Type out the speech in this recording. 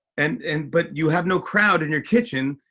and and but you have no crowd in your kitchen.